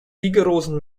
rigorosen